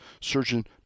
surgeon